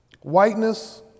Whiteness